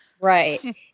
right